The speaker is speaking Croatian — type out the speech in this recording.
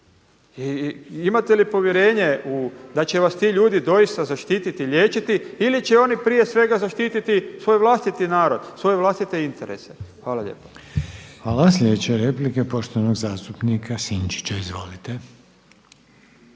imate li povjerenje da će vas ti ljudi doista zaštititi, liječiti ili će oni prije svega zaštititi svoj vlastiti narod, svoje vlastite interese. **Reiner, Željko (HDZ)** Hvala. Sljedeća je replika poštovanog zastupnika Sinčića. Izvolite.